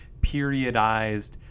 periodized